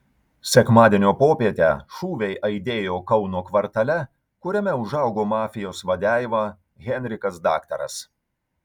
sekmadienio popietę šūviai aidėjo kauno kvartale kuriame užaugo mafijos vadeiva henrikas daktaras